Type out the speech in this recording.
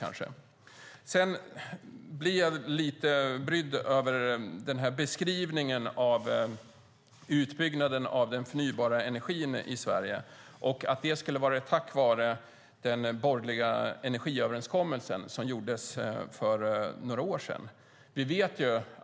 Jag blir lite brydd över beskrivningen av utbyggnaden av den förnybara energin i Sverige och att det skulle ha varit tack vare den borgerliga energiöverenskommelsen som gjordes för några år sedan.